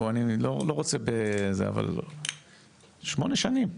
אבל כבר שמונה שנים.